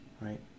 right